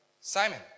Simon